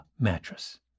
mattress